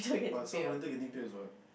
but some volunteers getting paid also what